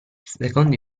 secondo